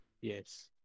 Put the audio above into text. Yes